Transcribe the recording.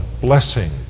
blessing